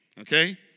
okay